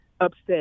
upset